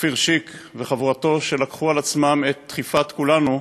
אופיר שיק וחבורתו, שלקחו על עצמם את דחיפת כולנו,